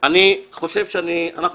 שופטים אחרים מחליטים שהיא ב',